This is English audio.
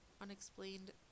unexplained